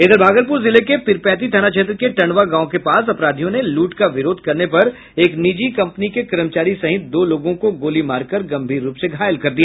इधर भागलपुर जिले के पीरपैंती थाना क्षेत्र के टड़वा गांव के पास अपराधियों ने लूट का विरोध करने पर एक निजी कंपनी के कर्मचारी सहित दो लोगों को गोली मारकर गंभीर रुप से घायल कर दिया